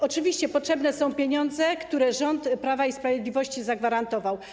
Oczywiście potrzebne są pieniądze, które rząd Prawa i Sprawiedliwości zagwarantował.